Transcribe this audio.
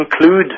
include